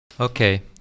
Okay